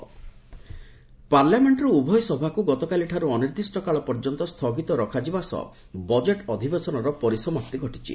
budget session ପାର୍ଲାମେଣ୍ଟର ଉଭୟ ସଭାକୁ ଗତକାଲି ଠାରୁ ଅନିର୍ଦ୍ଦିଷ୍ଟ କାଳ ପର୍ଯ୍ୟନ୍ତ ସ୍ଥୁଗିତ ରଖାଯିବା ସହ ବଜେଟ୍ ଅଧିବେଶନର ପରିସମାପ୍ତି ଘଟିଛି